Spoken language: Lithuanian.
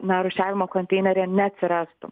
na rūšiavimo konteineryje neatsirastų